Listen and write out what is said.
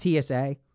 tsa